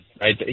right